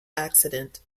accident